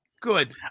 Good